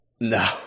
No